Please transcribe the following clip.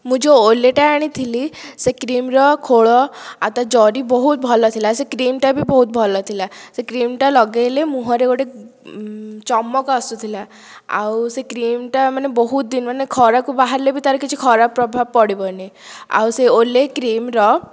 ମୁଁ ଯେଉଁ ଓଲେ ଟା ଆଣିଥିଲି ସେ କ୍ରିମ୍ର ଖୋଳ ଆଉ ତା ଜରି ବହୁତ ଭଲ ଥିଲା ସେ କ୍ରିମ୍ଟା ବି ବହୁତ ଭଲ ଥିଲା ସେ କ୍ରିମ୍ଟା ଲଗାଇଲେ ମୁହଁରେ ଗୋଟିଏ ଚମକ ଆସୁଥିଲା ଆଉ ସେ କ୍ରିମ୍ଟା ମାନେ ବହୁତ ଦିନ ମାନେ ଖରାକୁ ବାହାରିଲେ ବି ତାର କିଛି ଖରାପ ପ୍ରଭାବ ପଡ଼ିବନି ଆଉ ସେ ଓଲେ କ୍ରିମ୍ର